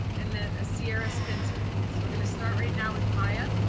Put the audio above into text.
and then a sierra spencer. so we're going to start right now with miya.